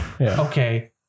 Okay